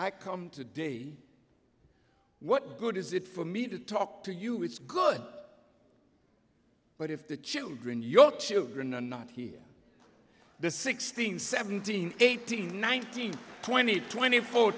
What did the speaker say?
i come to day what good is it for me to talk to you it's good but if the children your children are not here the sixteen seventeen eighteen nineteen twenty twenty four